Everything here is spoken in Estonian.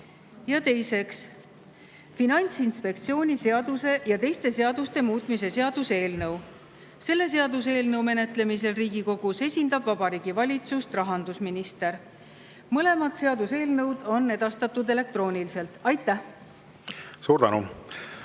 Ja teiseks, Finantsinspektsiooni seaduse ja teiste seaduste muutmise seaduse eelnõu. Selle seaduseelnõu menetlemisel Riigikogus esindab Vabariigi Valitsust rahandusminister. Mõlemad seaduseelnõud on edastatud elektrooniliselt. Aitäh! Austatud